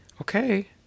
Okay